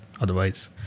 otherwise